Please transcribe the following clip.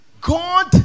God